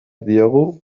diogu